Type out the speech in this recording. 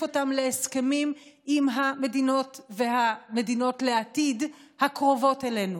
אותם להסכמים עם המדינות והמדינות לעתיד הקרובות אלינו.